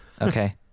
okay